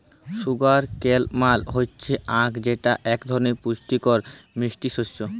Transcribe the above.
sugar cane মাল হচ্যে আখ যেটা এক ধরলের পুষ্টিকর মিষ্টি শস্য